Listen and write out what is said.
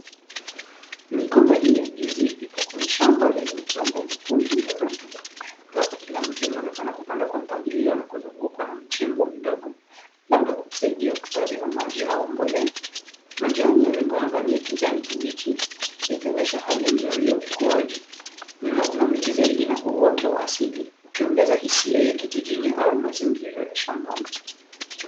Migomba hii ya ndizi ipo kwenye shamba lenye udongo mwekundu wa rotuba ambapo kila mti unaonekana kupandwa kwa mpangilio na kuzungukwa kwa mchimbo mdogo labda kumsaidia kuhifadhi maji au mbolea, majani ya migomba ni ya kijani kibichi ikionyesha hali mzuri ya ukuaji. Nyuma kuna miti zaidi lina uoto wa asili